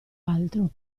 altro